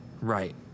Right